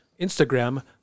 Instagram